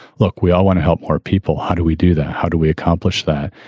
look, we all want to help more people. how do we do that? how do we accomplish that?